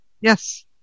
Yes